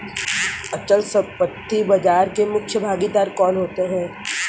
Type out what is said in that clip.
अचल संपत्ति बाजार के मुख्य भागीदार कौन होते हैं?